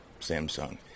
Samsung